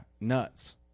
nuts